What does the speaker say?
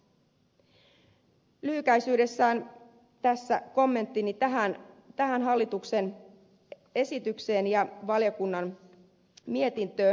lyhykäisyydessään tässä kommenttini hallituksen esitykseen ja valiokunnan mietintöön